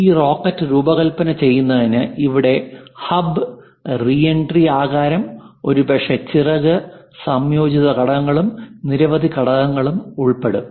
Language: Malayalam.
ഈ റോക്കറ്റ് രൂപകൽപ്പന ചെയ്യുന്നതിന് ഇവിടെ ഹബ് റീ എൻട്രി ആകാരം ഒരുപക്ഷേ ചിറക് സംയോജിത ഘടകങ്ങളും നിരവധി ഘടകങ്ങളും ഉൾപ്പെടും